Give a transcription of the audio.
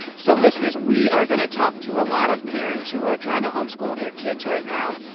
so, listeners, we are going to talk to a lot of parents who are trying to home-school their kids right now.